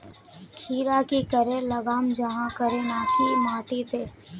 खीरा की करे लगाम जाहाँ करे ना की माटी त?